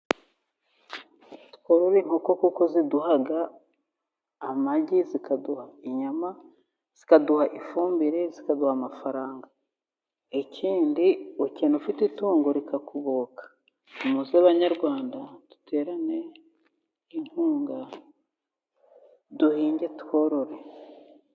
Tworore inkoko kuko ziduha amagi, zikaduha inyama, zikaduha ifumbire, zikaduha amafaranga ikindi ukena ufite itungo rikakugoboka, muze banyarwanda duterane inkunga duhinge tworore.